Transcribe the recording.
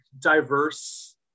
diverse